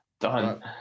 Done